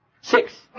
Six